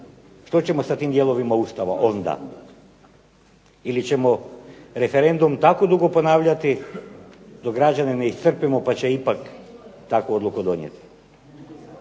što ćemo sa tim dijelovima Ustava onda? Ili ćemo referendum tako dugo ponavljati dok građane ne iscrpimo pa će ipak takvu odluku donijeti.